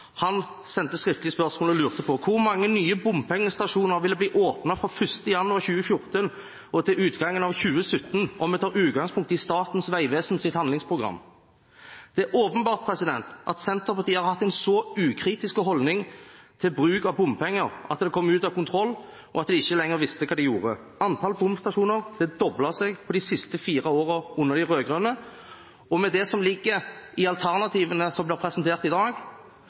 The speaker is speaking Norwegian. han ikke lenger har verken ansvar eller innflytelse. Det er litt rart å gå tilbake og se: I 2014 sendte representanten Pollestad et skriftlig spørsmål til samferdselsministeren. Geir Pollestad, som var statssekretær og ansvarlig for utarbeidelsen av gjeldende NTP, sendte et skriftlig spørsmål og lurte på følgende: «Hvor mange nye bompengestasjoner vil bli åpnet fra 1. januar 2014 og til utgangen av 2017 om man tar utgangspunkt i statens vegvesen sitt handlingsprogram?» Det er åpenbart at Senterpartiet har hatt en så ukritisk holdning til bruk av bompenger at det kom ut av kontroll, og at de ikke lenger